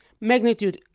magnitude